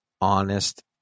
honest